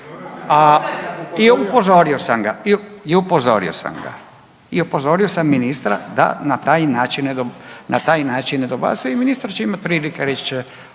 i upozorio sam ga. I upozorio sam ministra da na taj način ne dobacuje i ministar će imati prilike, reći će